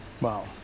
Wow